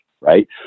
right